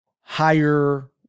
higher